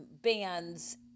bands